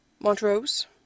Montrose